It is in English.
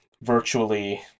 virtually